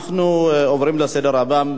אנחנו עוברים להצעה הבאה